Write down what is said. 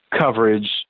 coverage